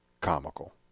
comical